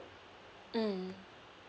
mm